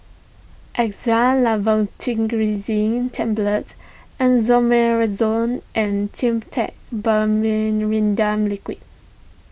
Xyzal Levocetirizine Tablets Esomeprazole and Dimetapp Liquid